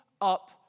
up